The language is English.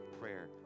Prayer